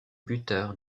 buteur